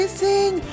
sing